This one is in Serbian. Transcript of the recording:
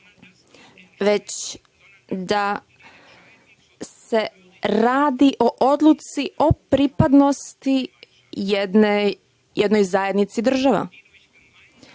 već da se radi o odluci o pripadnosti jednoj zajednici država